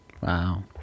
Wow